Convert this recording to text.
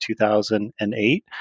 2008